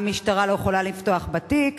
המשטרה לא יכולה לפתוח תיק,